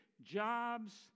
jobs